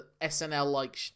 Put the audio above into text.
SNL-like